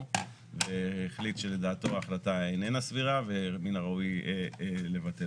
והחליט שלדעתו ההחלטה איננה סבירה ומן הראוי לבטל